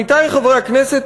עמיתי חברי הכנסת,